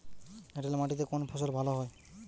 এঁটেল মাটিতে কোন ফসল ভালো হয়?